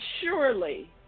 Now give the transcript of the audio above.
surely